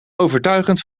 overtuigend